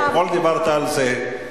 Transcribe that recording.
אתמול דיברת על זה,